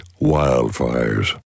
wildfires